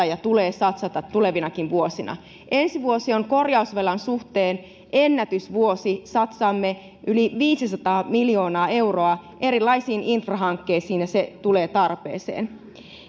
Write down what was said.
ja tulee satsata tulevinakin vuosina ensi vuosi on korjausvelan suhteen ennätysvuosi satsaamme yli viisisataa miljoonaa euroa erilaisiin infrahankkeisiin ja se tulee tarpeeseen